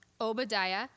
Obadiah